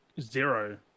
Zero